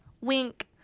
wink